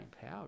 power